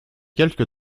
quelque